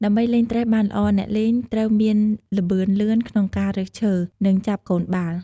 ដើម្បីលេងត្រេះបានល្អ អ្នកលេងត្រូវមានល្បឿនលឿនក្នុងការរើសឈើ និងចាប់កូនបាល់។